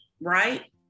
right